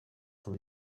from